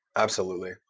absolutely.